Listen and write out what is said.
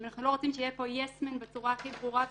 אם אנחנו לא רוצים שיהיה פה יס-מן בצורה הכי ברורה וגלויה,